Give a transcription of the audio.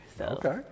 Okay